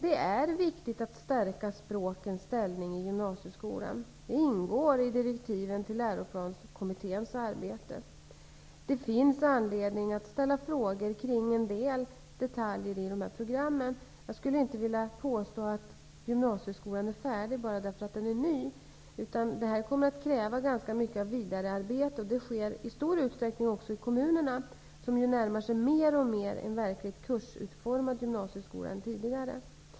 Det är viktigt att stärka språkens ställning i gymnasieskolan. Det ingår i direktiven till läroplanskommitténs arbete. Det finns anledning att ställa frågor kring en del detaljer i programmen. Jag skulle inte vilja påstå att gymnasieskolan så att säga är färdig bara därför att den är ny. Det kommer att krävas ganska mycket vidarearbete. Det sker i stor utsträckning också i kommunerna, som ju mer och mer närmar sig en verkligt kursutformad gymnasieskola.